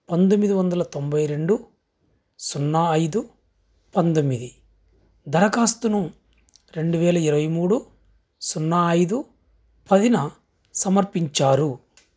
పంతొమ్మిది వందల తొంభై రెండు సున్నా ఐదు పంతొమ్మిది దరఖాస్తును రెండు వేల ఇరవై మూడు సున్నా ఐదు పదిన సమర్పించారు